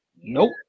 Nope